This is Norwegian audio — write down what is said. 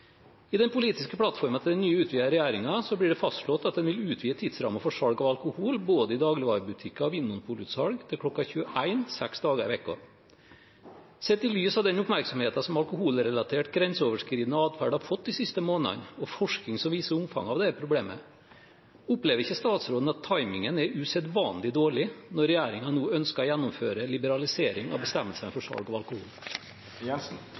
I den politiske plattformen til den nye, utvidede, regjeringen blir det fastslått at den vil utvide tidsrammen for salg av alkohol både i dagligvarebutikker og i vinmonopolutsalg til kl. 21 seks dager i uken. Sett i lys av den oppmerksomheten som alkoholrelatert, grenseoverskridende atferd har fått de siste månedene, og forskning som viser omfanget av dette problemet, opplever ikke statsråden at timingen er usedvanlig dårlig når regjeringen nå ønsker å gjennomføre en liberalisering av bestemmelsene for